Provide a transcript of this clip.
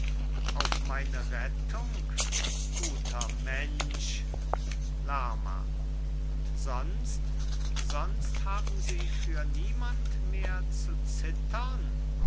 auf meine rettung guter mensch lerma und sonst sonst haben sie für niemand mehr zu zittern